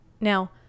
Now